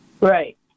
Right